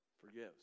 forgives